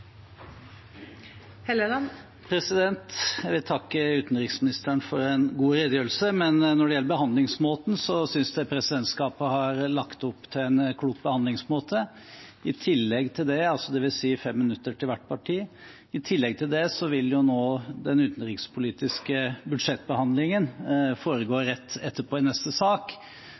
Helleland har bedt om ordet. Jeg vil takke utenriksministeren for en god redegjørelse. Når det gjelder behandlingsmåten, synes jeg at presidentskapet har lagt opp til en klok behandlingsmåte, dvs. 5 minutter til hvert parti. I tillegg til det vil jo den utenrikspolitiske budsjettbehandlingen foregå rett etterpå, i neste sak,